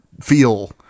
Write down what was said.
feel